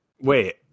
wait